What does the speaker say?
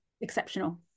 exceptional